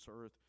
earth